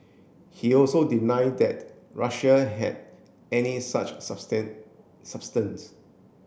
he also denied that Russia had any such substance